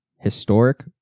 Historic